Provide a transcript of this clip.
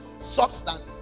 substance